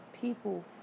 people